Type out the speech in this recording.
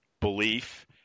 belief